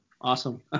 Awesome